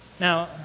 Now